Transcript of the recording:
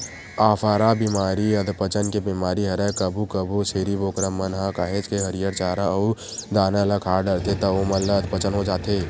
अफारा बेमारी अधपचन के बेमारी हरय कभू कभू छेरी बोकरा मन ह काहेच के हरियर चारा अउ दाना ल खा डरथे त ओमन ल अधपचन हो जाथे